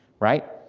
right.